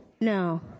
No